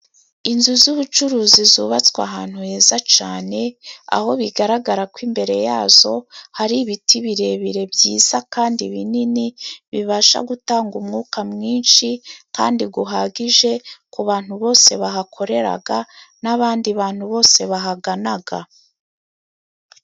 Inzu z'ubucuruzi zubatswe ahantu heza cane, aho bigaragara ko imbere yazo hari ibiti birebire byiza, kandi binini bibasha gutanga umwuka mwinshi kandi guhagije ku bantu bose bahakoreraga n'abandi bantu bose bahaganaga.